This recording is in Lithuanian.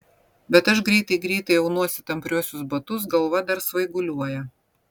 bet aš greitai greitai aunuosi tampriuosius batus galva dar svaiguliuoja